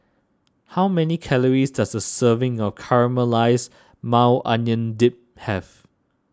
how many calories does a serving of Caramelized Maui Onion Dip have